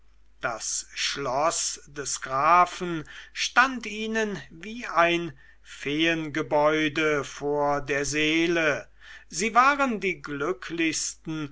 das schloß des grafen stand ihnen wie ein feengebäude vor der seele sie waren die glücklichsten